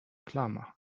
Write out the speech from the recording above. klarmachen